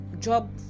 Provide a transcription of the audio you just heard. job